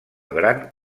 gran